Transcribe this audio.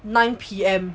nine P_M